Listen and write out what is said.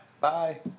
Bye